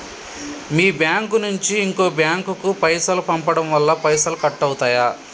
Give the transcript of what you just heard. మీ bank నుంచి ఇంకో bank కు పైసలు పంపడం వల్ల పైసలు కట్ అవుతయా?